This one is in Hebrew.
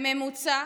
בממוצע,